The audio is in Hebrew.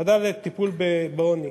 ועדה לטיפול בעוני,